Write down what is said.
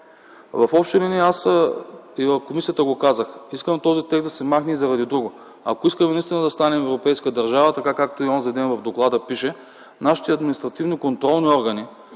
В общи линии аз казах и в комисията – искам този текст да се махне и заради друго, ако искаме наистина да станем европейска държава - както и онзи ден в доклада пишеше, нашите административни контролни органи